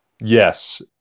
Yes